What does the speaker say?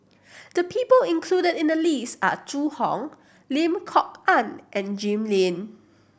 the people included in the list are Zhu Hong Lim Kok Ann and Jim Lim